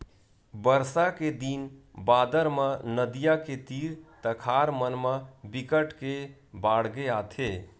बरसा के दिन बादर म नदियां के तीर तखार मन म बिकट के बाड़गे आथे